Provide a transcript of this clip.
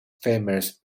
famous